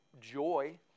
joy